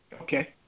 Okay